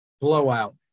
blowout